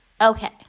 Okay